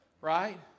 right